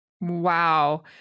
Wow